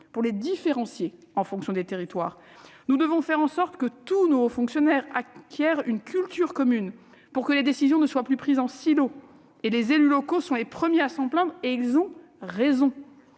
de les différencier selon les territoires. Nous devons faire en sorte que tous nos hauts fonctionnaires acquièrent une culture commune, pour que les décisions ne soient plus prises en silos- les élus locaux sont les premiers à s'en plaindre et ils ont raison.